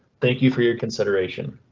thank you for your consideration.